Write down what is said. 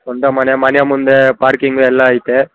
ಸ್ವಂತ ಮನೆ ಮನೆ ಮುಂದೆ ಪಾರ್ಕಿಂಗು ಎಲ್ಲ ಐತೆ